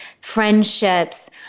friendships